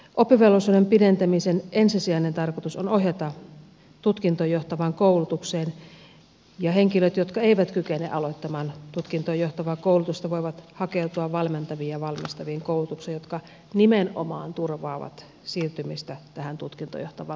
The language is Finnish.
oppivelvollisuuden pidentämisen ensisijainen tarkoitus on ohjata tutkintoon johtavaan koulutukseen ja henkilöt jotka eivät kykene aloittamaan tutkintoon johtavaa koulutusta voivat hakeutua valmentaviin ja valmistaviin koulutuksiin jotka nimenomaan turvaavat siirtymistä tähän tutkintoon johtavaan koulutukseen